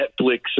Netflix